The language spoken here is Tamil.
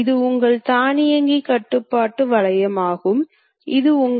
இதேபோல் சுழற்சி திசையை வரையறுக்கலாம்